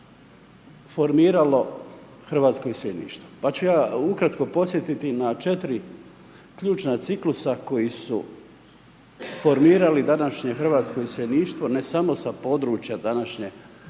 hrvatsko iseljeništvo. Pa ću ja ukratko podsjetiti na 4 ključna ciklusa koji su formirali današnje hrvatsko iseljeništvo, ne samo sa područja današnje države